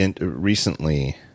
recently